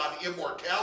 immortality